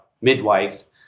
midwives